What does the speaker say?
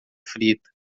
frita